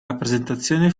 rappresentazione